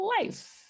life